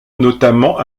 notamment